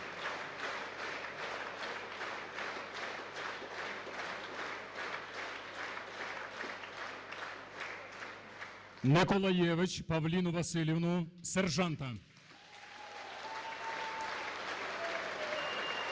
Николаєвич Павлину Василівну – сержанта